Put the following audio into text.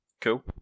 cool